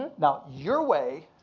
now your way,